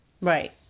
Right